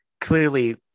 clearly